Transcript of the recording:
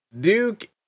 Duke